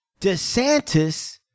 DeSantis